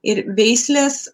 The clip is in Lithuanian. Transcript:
ir veislės